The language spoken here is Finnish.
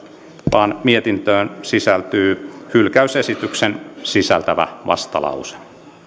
vaan mietintöön sisältyy hylkäysesityksen sisältävä vastalause